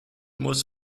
muss